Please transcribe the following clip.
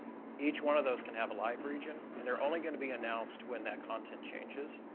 each one of those can have a live region, and they're only going to be announced when that content changes,